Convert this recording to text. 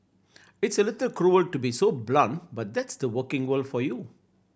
it's a little cruel to be so blunt but that's the working world for you